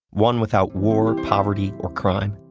one without war, poverty, or crime?